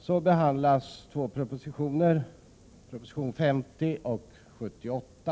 Herr talman! I trafikutskottets betänkande 1987/88:15 behandlas två propositioner, nr 50 och 78.